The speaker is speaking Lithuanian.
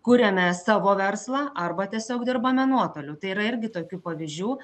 kuriame savo verslą arba tiesiog dirbame nuotoliu tai yra irgi tokių pavyzdžių